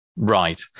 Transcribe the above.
Right